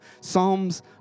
psalms